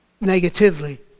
negatively